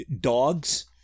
dogs